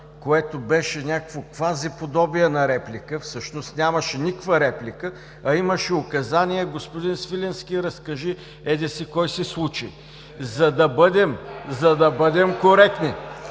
което беше някакво квази подобие на реплика. Всъщност нямаше никаква реплика, а имаше указание: „господин Свиленски, разкажи еди кой си случай!“ (Шум и реплики